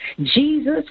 Jesus